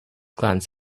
glance